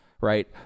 right